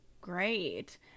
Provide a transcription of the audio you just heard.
great